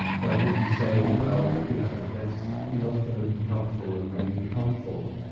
but if we're saying, well, you know, that's not going to be helpful, and maybe harmful',